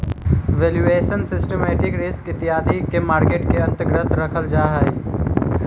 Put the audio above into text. valuation, systematic risk इत्यादि के market के अंतर्गत रखल जा हई